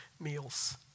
meals